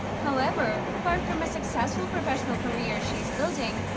however, apart from a successful professional career she is building,